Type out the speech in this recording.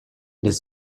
les